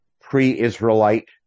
pre-Israelite